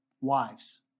wives